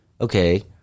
Okay